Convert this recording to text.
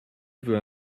veux